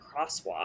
crosswalk